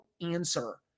answer